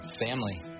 family